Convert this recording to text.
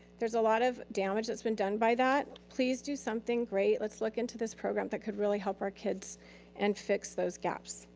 there's a lot of damage that's been done by that. please do something great. let's look into this program that could really help our kids and fix those gaps.